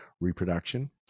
reproduction